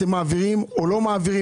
אתם מעבירים או לא מעבירים?